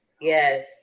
Yes